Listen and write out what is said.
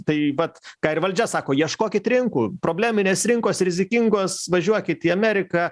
tai vat ką ir valdžia sako ieškokit rinkų probleminės rinkos rizikingos važiuokit į ameriką